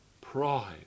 Pride